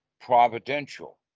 providential